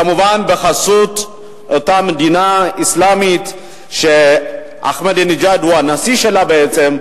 כמובן בחסות אותה מדינה אסלאמית שאחמדינג'אד הוא הנשיא שלה בעצם.